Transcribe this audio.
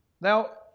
Now